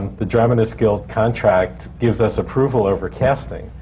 the dramatists' guild contract gives us approval over casting.